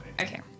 Okay